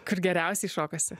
kur geriausiai šokasi